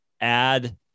add